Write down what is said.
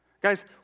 Guys